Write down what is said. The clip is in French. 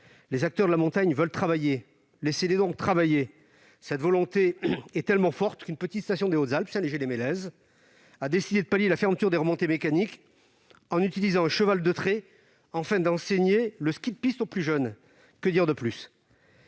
Les acteurs de la montagne veulent travailler : laissez-les donc travailler ! Cette volonté est tellement forte qu'une petite station des Hautes-Alpes, Saint-Léger-les-Mélèzes, a décidé de pallier la fermeture des remontées mécaniques en utilisant un cheval de trait, afin d'enseigner le ski de piste aux plus jeunes. Que dire de plus ?